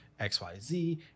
XYZ